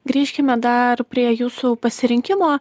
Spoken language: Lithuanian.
grįžkime dar prie jūsų pasirinkimo